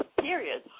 period